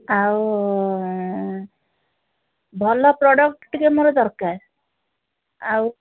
ଆଉ ଭଲ ପ୍ରଡକ୍ଟ୍ ଟିକିଏ ମୋର ଦରକାର ଆଉ